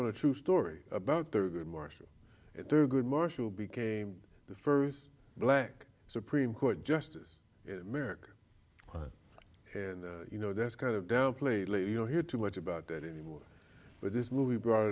on a true story about thurgood marshall thurgood marshall became the first black supreme court justice in america and you know that's kind of downplayed you don't hear too much about that anymore but this movie brought